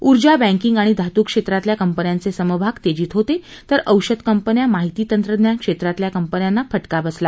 ऊर्जा बँकिंग आणि धातू क्षेत्रातल्या कंपन्यांचे समभाग तेजीत होते तर औषध कंपन्या माहिती तंत्रज्ञान क्षेत्रातल्या कंपन्यांना फटका बसला